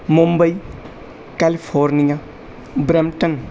Mumbai California Brampton